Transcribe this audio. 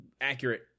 accurate